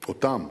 אותם: